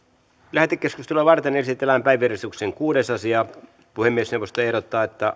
lähetekeskustelua varten esitellään päiväjärjestyksen kuudes asia puhemiesneuvosto ehdottaa että